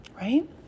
Right